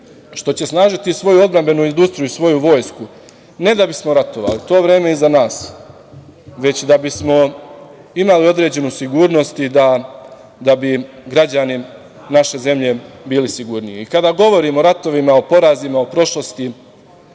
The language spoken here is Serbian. što će snažiti svoju odbrambenu industriju, svoju Vojsku, ali ne da bismo ratovali. To vreme je iza nas, već da bismo imali određenu sigurnost i da bi građani naše zemlje bili sigurniji. Kad govorimo o ratovima, o porazima, o prošlosti,